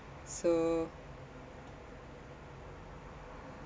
so